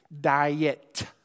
Diet